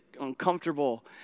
uncomfortable